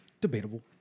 Debatable